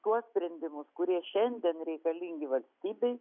tuos sprendimus kurie šiandien reikalingi valstybei